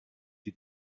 die